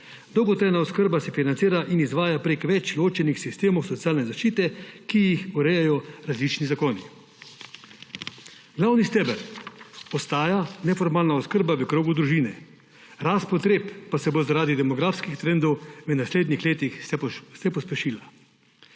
Dolgotrajna oskrba se financira in izvaja preko več ločenih sistemov socialne zaščite, ki jih urejajo različni zakoni. Glavni steber ostaja neformalna oskrba v krogu družine, rast potreb pa se bo zaradi demografskih trendov v naslednjih letih še pospešila,